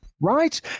Right